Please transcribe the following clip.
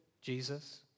Jesus